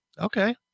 Okay